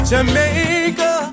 Jamaica